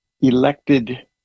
elected